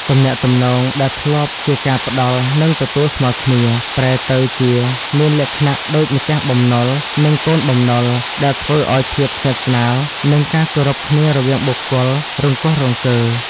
ទំនាក់ទំនងដែលធ្លាប់ជាការផ្ដល់ និងទទួលស្មើគ្នា ប្រែទៅជាមានលក្ខណៈដូចម្ចាស់បំណុល និងកូនបំណុល ដែលធ្វើឲ្យភាពស្និទ្ធស្នាល និងការគោរពគ្នារវាងបុគ្គលរង្គោះរង្គើ។